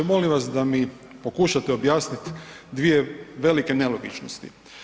Molim vas da mi pokušate objasniti dvije velike nelogičnosti.